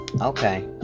Okay